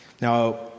Now